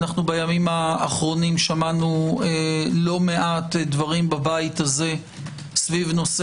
בימים האחרונים שמענו לא מעט דברים בבית הזה סביב נושא